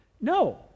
No